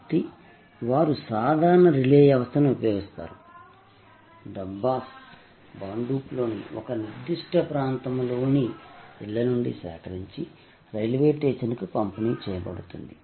కాబట్టి వారు సాధారణ రిలే వ్యవస్థను ఉపయోగిస్తారు డబ్బాస్ భాండుప్లోని ఒక నిర్దిష్ట ప్రాంతంలోని ఇళ్ల నుండి సేకరించి రైల్వే స్టేషన్కు పంపిణీ చేయబడుతుంది